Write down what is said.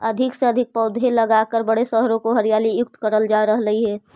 अधिक से अधिक पौधे लगाकर बड़े शहरों को हरियाली युक्त करल जा रहलइ हे